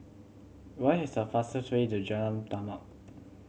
what is the fastest way to Jalan Taman